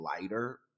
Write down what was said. lighter